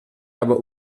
aber